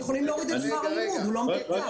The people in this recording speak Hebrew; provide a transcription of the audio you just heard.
הם יכולים להוריד את שכר הלימוד, הוא לא מתוקצב.